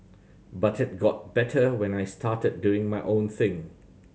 but it got better when I started doing my own thing